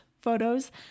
photos